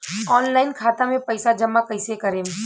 Online खाता मे पईसा जमा कइसे करेम?